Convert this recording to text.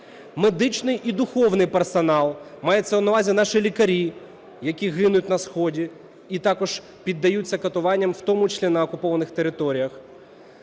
Медичний і духовний персонал, мається на увазі, наші лікарі, які гинуть на сході і також піддаються катуванням, в тому числі на окупованих територіях;